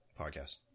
podcast